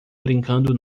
brincando